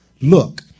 Look